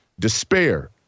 despair